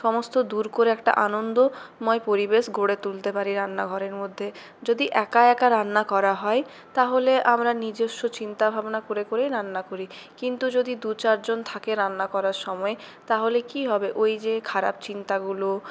সমস্ত দূর করে একটা আনন্দময় পরিবেশ গড়ে তুলতে পারি রান্নাঘরের মধ্যে যদি একা একা রান্না করা হয় তাহলে আমরা নিজস্ব চিন্তাভাবনা করে করেই রান্না করি কিন্তু যদি দু চারজন থাকে রান্না করার সময় তাহলে কি হবে ওই যে খারাপ চিন্তাগুলো